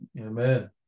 Amen